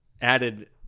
added